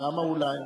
למה אולי?